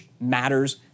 matters